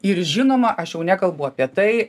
ir žinoma aš jau nekalbu apie tai